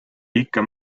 ikka